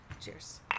Cheers